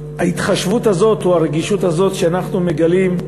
ההתחשבות הזאת, או הרגישות הזאת, שאנחנו מגלים,